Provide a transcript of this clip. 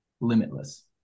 limitless